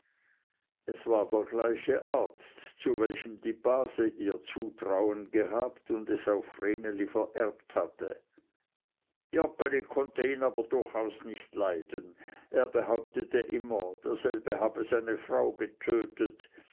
es war der gleiche arzt zu welchem die base ihr zutrauen gehabt und es auf vreneli vererbt hatte joggeli konnte ihn aber durchaus nicht leiden er behauptete immer derselbe habe seine frau getötet